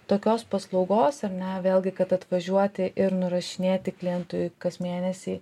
tokios paslaugos ar ne vėlgi kad atvažiuoti ir nurašinėti klientui kas mėnesį